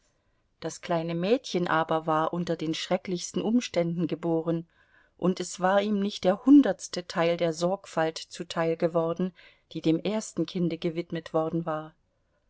das kleine mädchen aber war unter den schrecklichsten umständen geboren und es war ihm nicht der hundertste teil der sorgfalt zuteil geworden die dem ersten kinde gewidmet worden war